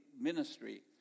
ministry